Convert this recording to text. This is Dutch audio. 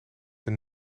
een